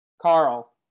Carl